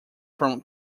from